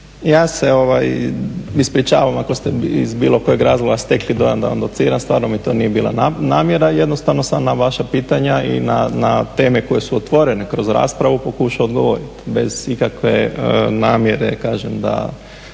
Ja se ispričavam ako ste iz bilo kojeg razloga stekli dojam da vam dociram, stvarno mi to nije bila namjera. Jednostavno sam na vaša pitanja i na teme koje su otvorene kroz raspravu pokušao odgovoriti bez ikakve namjere kažem da